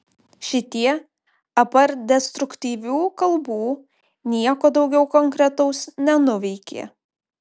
šitie apart destruktyvių kalbų nieko daugiau konkretaus nenuveikė